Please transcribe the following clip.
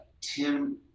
Tim